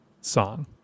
song